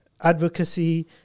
advocacy